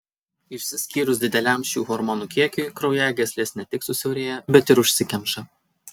išsiskyrus dideliam šių hormonų kiekiui kraujagyslės ne tik susiaurėja bet ir užsikemša